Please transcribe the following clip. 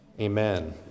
Amen